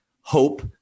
hope